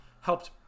helped